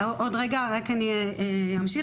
אני אמשיך